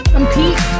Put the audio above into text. Compete